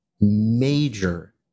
major